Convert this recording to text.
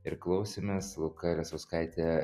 ir klausėmės luka lesauskaitė